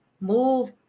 Move